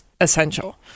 essential